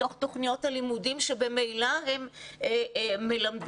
בתוך תוכניות הלימודים שממילא הם מלמדים?